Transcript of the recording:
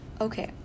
Okay